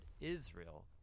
Israel